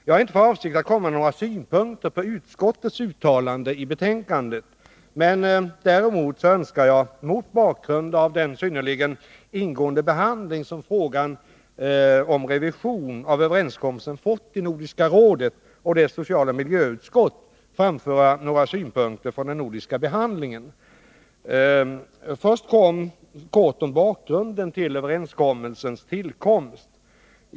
Jag har inte för avsikt att anföra några synpunkter på utskottets uttalande i betänkandet. Däremot önskar jag mot bakgrund av den synnerligen ingående behandling som frågan om revision av överenskommelsen har fått i Nordiska rådet och dess socialoch miljöutskott framföra några synpunkter på den nordiska behandlingen. Först kort om bakgrunden till överenskommelsens tillkomst.